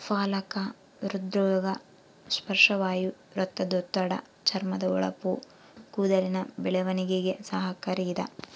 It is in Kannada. ಪಾಲಕ ಹೃದ್ರೋಗ ಪಾರ್ಶ್ವವಾಯು ರಕ್ತದೊತ್ತಡ ಚರ್ಮದ ಹೊಳಪು ಕೂದಲಿನ ಬೆಳವಣಿಗೆಗೆ ಸಹಕಾರಿ ಇದ